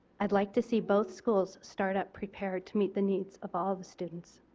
i would like to see both schools start out prepared to meet the needs of all students.